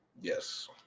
Yes